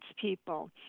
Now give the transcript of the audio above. people